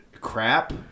Crap